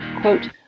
Quote